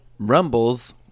rumbles